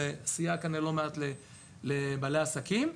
זה כנראה סייע לא מעט לבעלי עסקים.